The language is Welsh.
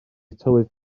tywydd